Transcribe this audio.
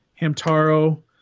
Hamtaro